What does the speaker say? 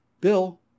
Bill